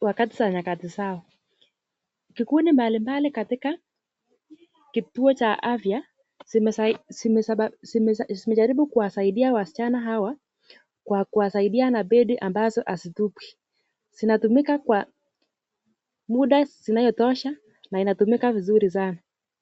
wakati za nyakati zao. Kikundi mbalimbali katika kituo cha afya zimejaribu kuwasaidia wasichana hawa kwa kuwasaidia na pedi ambazo hazitupwi. Zinatumika kwa muda zinayotosha na inatumika vizuri sana.